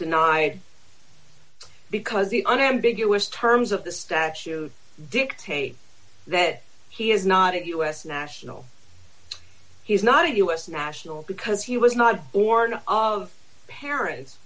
denied because the unambiguous terms of the statute dictate that he is not a us national he is not a us national because he was not or not of parents